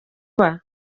uba